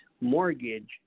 mortgage